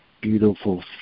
beautiful